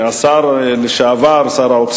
התקציבים, וגילה לנו את זה השר לשעבר, שר האוצר,